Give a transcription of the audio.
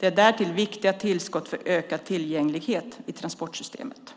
De är därtill viktiga tillskott för ökad tillgänglighet i transportsystemet.